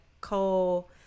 Cole